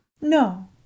No